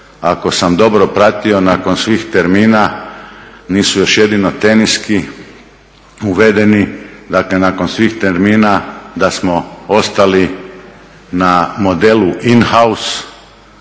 ako sam dobro pratio nakon svih termina nisu još jedino teniski uvedeni, dakle nakon svih termina da smo ostali na modelu in house,